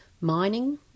mining